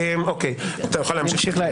אתה יכול להמשיך.